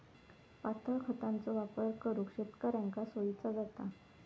पातळ खतांचो वापर करुक शेतकऱ्यांका सोयीचा जाता